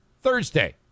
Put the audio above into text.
Thursday